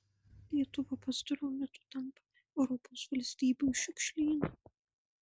lietuva pastaruoju metu tampa europos valstybių šiukšlynu